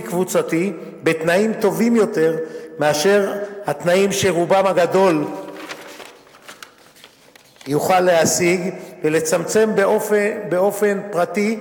קבוצתי בתנאים טובים יותר מהתנאים שרובם הגדול יוכלו להשיג באופן פרטי,